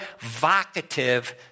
vocative